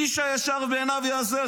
איש הישר בעיניו יעשה.